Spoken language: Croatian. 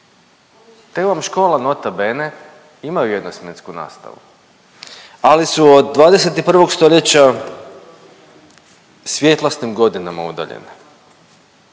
Te vam škole nota bene imaju jednosmjensku nastavu, ali su od 21. stoljeća svjetlosnim godinama udaljene.